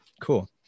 Cool